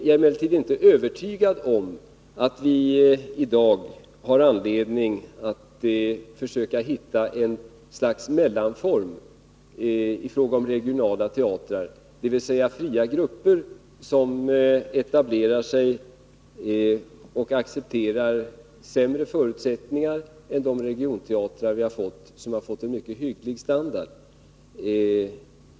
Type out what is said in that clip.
Men jag är inte övertygad om att vi i dag har anledning att försöka hitta ett slags mellanform i fråga om regionala teatrar, dvs. fria grupper som etablerar sig och accepterar sämre förutsättningar än de regionteatrar som har fått en mycket hygglig standard.